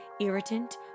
irritant